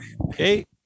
okay